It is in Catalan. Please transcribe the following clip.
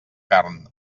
carn